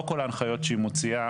לא כל ההנחיות שהיא מוציאה,